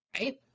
right